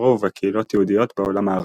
בטרור ובקהילות יהודיות בעולם הערבי.